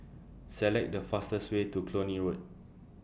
Select The fastest Way to Cluny Road